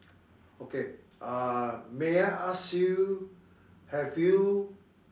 okay uh may I ask you have you